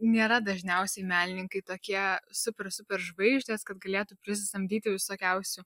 nėra dažniausiai menininkai tokie super superžvaigždės kad galėtų prisisamdyti visokiausių